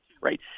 right